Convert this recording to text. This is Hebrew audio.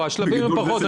השלבים פחות חשובים,